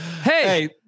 Hey